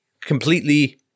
completely